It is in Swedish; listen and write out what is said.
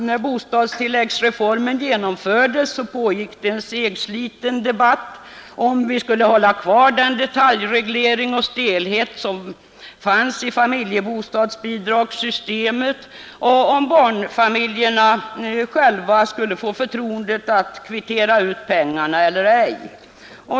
När bostadstilläggsreformen genomfördes pågick det en segsliten debatt, som gällde om vi skulle ha kvar den detaljreglering och stelhet som fanns i familjebostadsbidragssystemet och om barnfamiljerna själva skulle få förtroendet att kvittera ut pengarna eller ej.